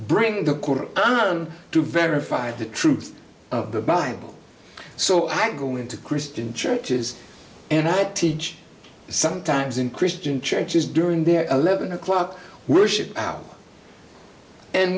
on to verify the truth of the bible so i go into christian churches and i teach sometimes in christian churches during their eleven o'clock worship out and